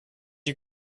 you